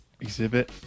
Exhibit